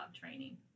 training